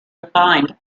defined